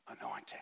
anointing